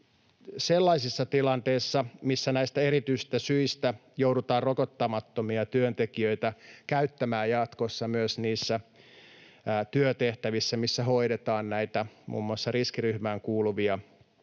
sellaisissa tilanteissa, missä näistä erityisistä syistä joudutaan rokottamattomia työntekijöitä käyttämään jatkossa myös niissä työtehtävissä, missä hoidetaan muun muassa riskiryhmään kuuluvia potilaita,